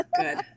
Good